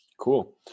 Cool